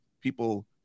people